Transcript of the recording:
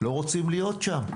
לא רוצים להיות שם.